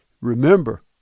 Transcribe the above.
Remember